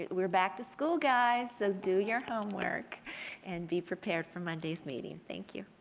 we're back to school guys. so do your homework and be prepared for monday's meeting. thank you.